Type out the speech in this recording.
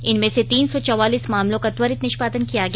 इनमें से तीन सौ चौवालीस मामलों का त्वरित निष्पादन किया गया